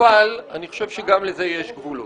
אבל אני חושב שגם לזה יש גבולות.